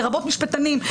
לרבות משפטנים,